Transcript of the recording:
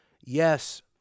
yes